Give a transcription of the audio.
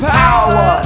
power